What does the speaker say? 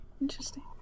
Interesting